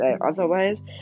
otherwise